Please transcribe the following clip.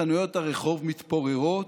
חנויות הרחוב מתפוררות,